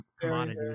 commodity